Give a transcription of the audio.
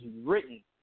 written